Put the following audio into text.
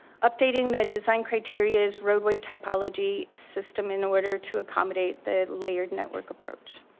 updating the design criteria's roadway typology system in order to accommodate the layered network approach.